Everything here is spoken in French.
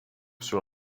sur